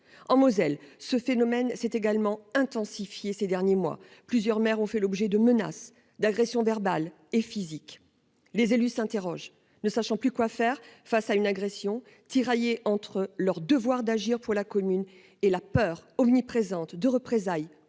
en Moselle. Ce phénomène s'est également intensifié ces derniers mois, plusieurs maires ont fait l'objet de menaces d'agressions verbales et physiques. Les élus s'interrogent, ne sachant plus quoi faire face à une agression tiraillés entre leur devoir d'agir pour la commune et la peur omniprésente de représailles